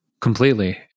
completely